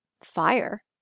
fire